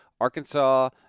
Arkansas